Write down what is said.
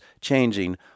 changing